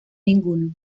ninguno